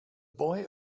boy